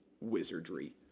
wizardry